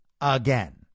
again